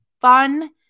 fun